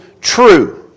true